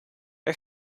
are